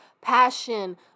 passion